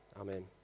Amen